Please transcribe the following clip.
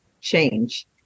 change